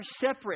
separate